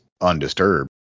undisturbed